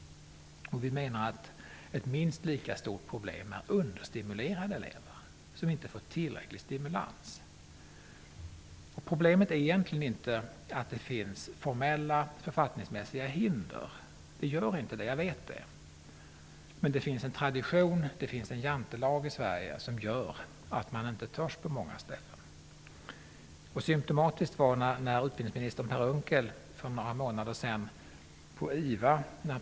Vi menar att understimulerade elever som inte får tillräcklig stimulans är ett minst lika stort problem. Problemet är egentligen inte formella, befattningsmässiga hinder, men det finns en tradition och en jantelag i vårt land som gör att man på många ställen inte törs genomföra en förändring. Låt mig peka på ett symtomatiskt exempel.